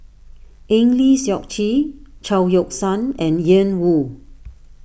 Eng Lee Seok Chee Chao Yoke San and Ian Woo